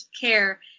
care